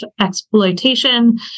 exploitation